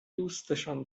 دوستشان